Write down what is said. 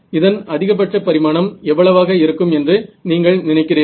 இதன் அதிகபட்ச பரிமாணம் எவ்வளவாக இருக்கும் என்று நீங்கள் நினைக்கிறீர்கள்